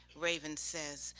raven says,